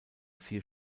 vier